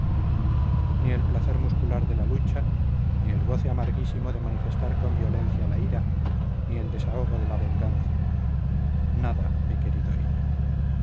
ni el placer muscular de la lucha ni el goce amarguísimo de manifestar con violencia la ira ni el desahogo de la venganza nada mi querido hillo